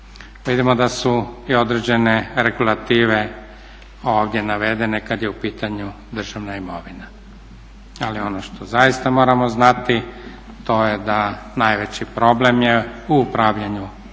Vidimo da su i određene regulative ovdje navedene kad je u pitanju državna imovina, ali ono što zaista moramo znati to je da najveći problem je u upravljanju državnom